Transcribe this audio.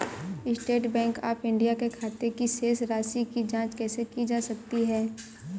State Bank of India के खाते की शेष राशि की जॉंच कैसे की जा सकती है?